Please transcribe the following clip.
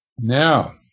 Now